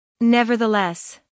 Nevertheless